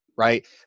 Right